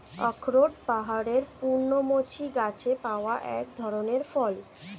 আখরোট পাহাড়ের পর্ণমোচী গাছে পাওয়া এক ধরনের ফল